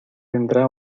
tendrá